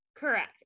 correct